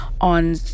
on